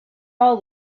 all